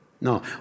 no